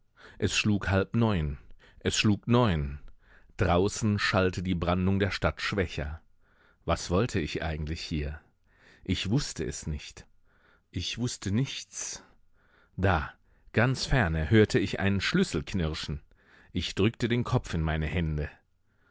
es schlug halb neun es schlug neun draußen schallte die brandung der stadt schwächer was wollte ich eigentlich hier ich wußte es nicht ich wußte nichts da ganz ferne hörte ich einen schlüssel knirschen ich drückte den kopf in meine hände